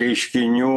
reiškinių